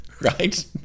right